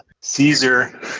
Caesar